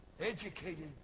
Educated